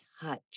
touch